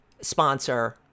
sponsor